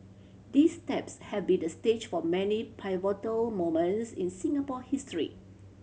these steps had been the stage for many pivotal moments in Singapore history